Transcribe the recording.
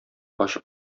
ачып